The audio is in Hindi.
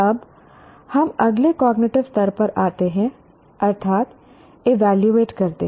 अब हम अगले कॉग्निटिव स्तर पर आते हैं अर्थात् ईवैल्यूवेट करते हैं